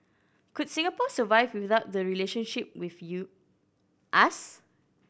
could Singapore survive without the relationship with you us